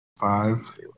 Five